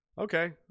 Okay